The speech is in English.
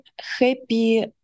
happy